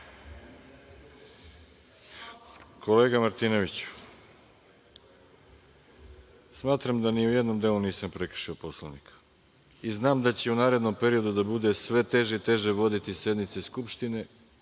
vas. Kolega Martinoviću, smatram da ni u jednom delu nisam prekršio Poslovnik i znam da će u narednom periodu da bude sve teže i teže voditi sednice Skupštine,